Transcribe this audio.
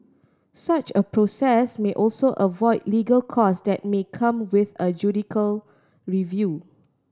such a process may also avoid legal cost that may come with a judicial review